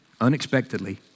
unexpectedly